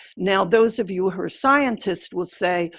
now, those of you who are scientists will say,